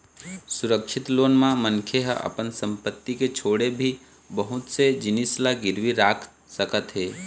सुरक्छित लोन म मनखे ह अपन संपत्ति के छोड़े भी बहुत से जिनिस ल गिरवी राख सकत हे